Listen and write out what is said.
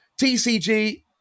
tcg